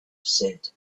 said